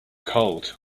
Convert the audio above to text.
cold